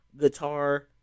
guitar